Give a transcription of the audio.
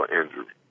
injury